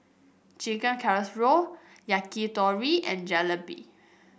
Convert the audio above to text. Chicken Casserole Yakitori and Jalebi